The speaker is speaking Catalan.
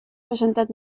presentat